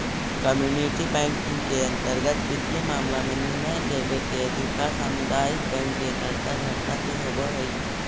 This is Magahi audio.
कम्युनिटी बैंकिंग के अंतर्गत वित्तीय मामला में निर्णय लेवे के अधिकार सामुदायिक बैंक के कर्ता धर्ता के होवऽ हइ